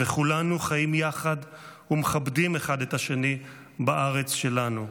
וכולנו חיים יחד ומכבדים אחד את השני בארץ שלנו.